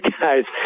guys